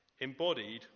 embodied